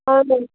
اہن حظ